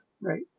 right